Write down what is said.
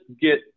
get